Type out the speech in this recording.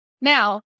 Now